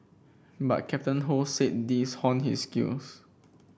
but Captain Ho said these honed his skills